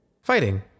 Fighting